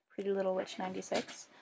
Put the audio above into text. prettylittlewitch96